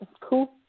Cool